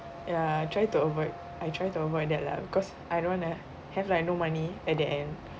ya try to avoid I try to avoid that lah because I don't want to have like no money at the end